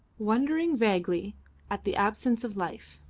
wondering vaguely at the absence of life.